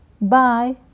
Bye